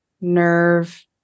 nerve